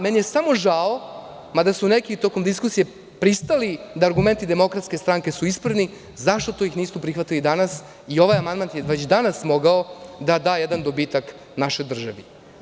Meni je samo žao, mada su neki tokom diskusije pristali da su argumenti DS ispravni, zašto ih nisu prihvatili danas i ovaj amandman je već danas mogao da da jedan dobitak našoj državi.